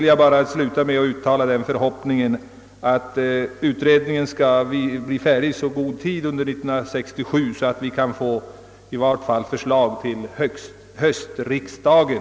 Jag hoppas därför att utredningen blir färdig i så god tid under 1967 att ett positivt förslag kan framläggas till höstriksdagen.